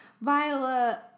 Viola